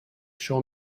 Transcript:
show